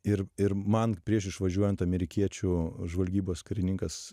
ir ir man prieš išvažiuojant amerikiečių žvalgybos karininkas